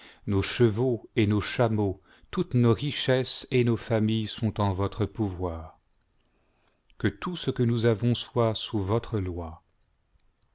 nos chevaux et nos chameaux toutes nos richesses et nos familles sont en votre pouvoir que tout ce que nous avons soit sous votre loi